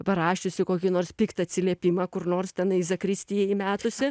parašiusi kokį nors piktą atsiliepimą kur nors tenai į zakristiją įmetusi